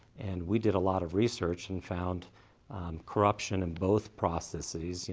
and we did a lot of research and found corruption in both processes.